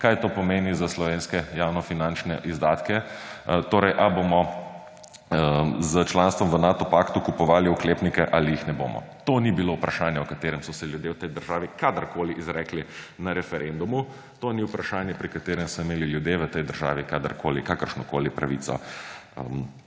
kaj to pomeni za slovenske javnofinančne izdatke; torej, ali bomo s članstvom v Nato paktu kupovali oklepnike ali jih ne bomo. To ni bilo vprašanje, o katerem so se ljudje v tej državi kadarkoli izrekli na referendumu. To ni vprašanje, pri katerem so imeli ljudje v tej državi kadarkoli kakršnokoli pravico